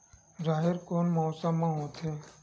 राहेर कोन मौसम मा होथे?